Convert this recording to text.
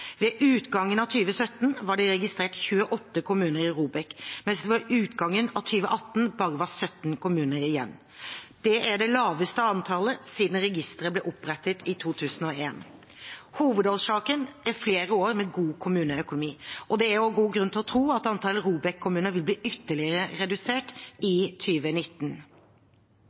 Ved utgangen av 2017 var det registrert 28 kommuner i ROBEK, mens det ved utgangen av 2018 bare vil være 17 kommuner igjen i ROBEK. Det er det laveste antallet siden registeret ble opprettet i 2001. Hovedårsaken er flere år med god kommuneøkonomi. Det er også god grunn til å tro at antall ROBEK-kommuner vil bli ytterligere redusert i